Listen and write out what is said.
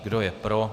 Kdo je pro?